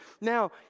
Now